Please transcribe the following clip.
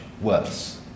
worse